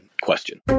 question